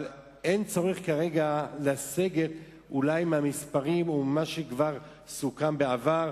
אבל אין צורך כרגע לסגת מהמספרים או ממה שכבר סוכם בעבר.